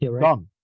done